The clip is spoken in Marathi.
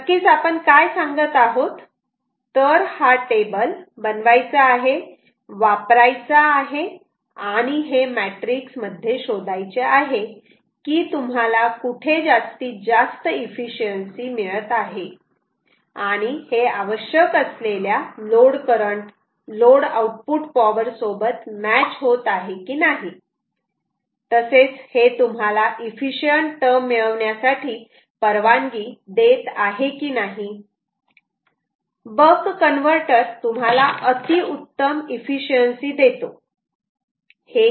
नक्कीच आपण काय सांगत आहोत तर हा टेबल बनवायचा आहे वापरायचा आहे आणि हे मॅट्रिक्स मध्ये शोधायचे आहे की तुम्हाला कुठे जास्तीत जास्त इफिसिएंसी मिळत आहे आणि हे आवश्यक असलेल्या load current load output power सोबत मॅच होत आहे की नाही तसेच हे तुम्हाला इफिशिअंट टर्म मिळविण्यासाठी परवानगी देत आहे की नाही बक कन्वर्टर तुम्हाला अति उत्तम इफिसिएंसी देतो